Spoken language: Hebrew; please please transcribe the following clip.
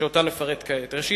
שאותן אפרט כעת: ראשית,